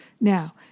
Now